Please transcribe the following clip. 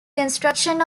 construction